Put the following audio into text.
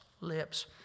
lips